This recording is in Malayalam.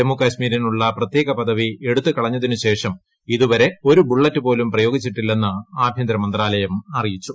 ജമ്മു കശ്മീരിനുള്ള പ്രത്യേക പൃദ്വി ്എടുത്ത് കളഞ്ഞതിനുശേഷം ഇതുവരെ ഒരു ബുള്ളറ്റുപോലും പ്രയോഗിച്ചിട്ടില്ലെന്ന് ആഭ്യന്തര മന്ത്രാലയം അറിയിച്ചു